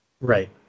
Right